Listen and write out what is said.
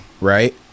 Right